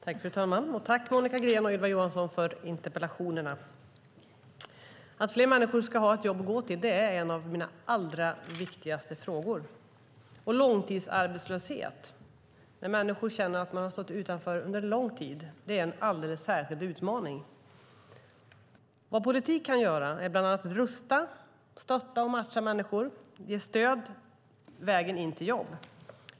Fru talman! Tack, Monica Green och Ylva Johansson, för interpellationerna! Att fler människor ska ha ett jobb att gå till är en av mina allra viktigaste frågor. Långtidsarbetslöshet - där människor har stått utanför arbetsmarknaden under en lång tid - är en alldeles särskild utmaning. Politik kan bland annat rusta, stötta och matcha människor på vägen till jobb.